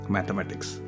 Mathematics